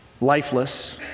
lifeless